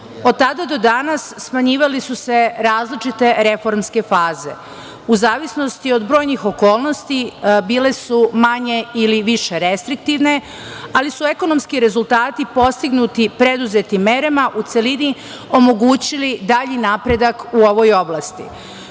Od tada do danas smenjivale su se različite reformske faze. U zavisnosti od brojnih okolnosti bile su manje ili više restriktivne, ali su ekonomski rezultati postignuti preduzetim merama u celini omogućili dalji napredak u ovoj oblasti. To